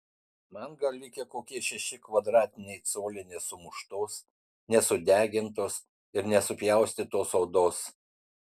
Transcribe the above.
man gal likę kokie šeši kvadratiniai coliai nesumuštos nesudegintos ir nesupjaustytos odos